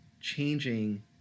changing